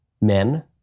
men